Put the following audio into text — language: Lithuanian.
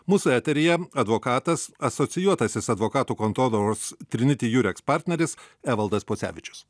mūsų eteryje advokatas asocijuotasis advokatų kontoros triniti jureks partneris evaldas pocevičius